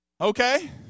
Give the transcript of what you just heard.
Okay